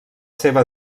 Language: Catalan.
seva